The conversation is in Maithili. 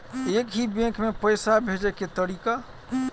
एक ही बैंक मे पैसा भेजे के तरीका?